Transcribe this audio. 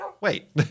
wait